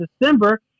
December